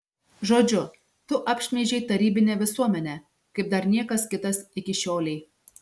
žodžiu tu apšmeižei tarybinę visuomenę kaip dar niekas kitas iki šiolei